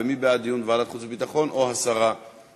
ומי בעד דיון בוועדת החוץ והביטחון או הסרה מסדר-היום.